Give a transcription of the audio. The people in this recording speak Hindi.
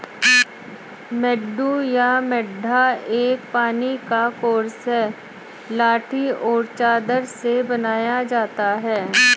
मड्डू या मड्डा एक पानी का कोर्स है लाठी और चादर से बनाया जाता है